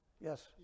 Yes